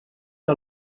que